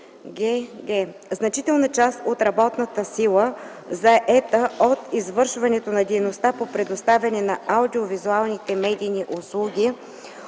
гг) значителна част от работната сила, заета в извършването на дейността по предоставяне на аудиовизуалните медийни услуги,